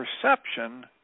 perception